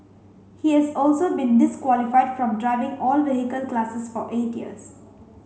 he has also been disqualified from driving all vehicle classes for eight years